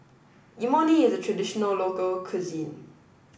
Imoni is a traditional local cuisine